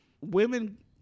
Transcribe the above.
Women